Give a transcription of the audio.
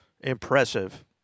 impressive